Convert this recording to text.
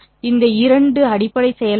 இந்த இரண்டு அடிப்படை செயல்பாடுகள்